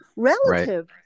Relative